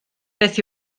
beth